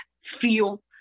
feel